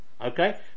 okay